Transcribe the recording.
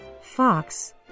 Fox